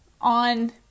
on